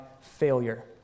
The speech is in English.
failure